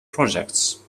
projects